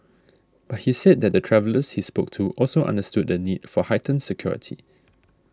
but he said that the travellers he spoke to also understood the need for heightened security